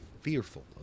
fearful